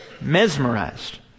Mesmerized